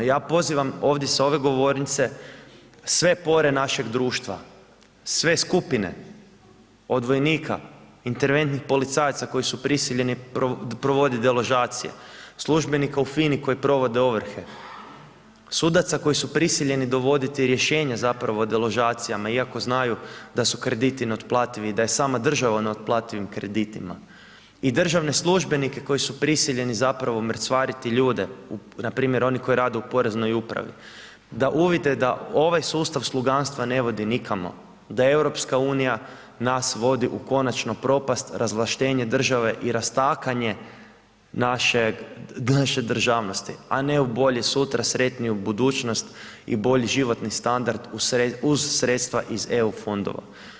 Ja pozivam ovdje s ove govornice sve pore našeg društva, sve skupine, od vojnika, interventnih policajaca koji su prisiljeni provodit deložacije, službenika u FINA-i koji provode ovrhe, sudaca koji su prisiljeni dovoditi rješenja zapravo o deložacijama iako znaju da su krediti neotplativi i da je sama država u neotplativim kreditima i državne službenike koji su prisiljeni zapravo mrcvariti ljude, npr. oni koji rade u poreznoj upravi, da uvide da ovaj sustav sluganstva ne vodi nikamo, da EU nas vodi u konačnu propast, razvlaštenje države i rastakanje naše državnosti, a ne u bolje sutra, sretniju budućnost i bolji životni standard uz sredstva iz EU fondova.